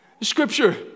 Scripture